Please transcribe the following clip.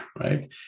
right